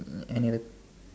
ya anyways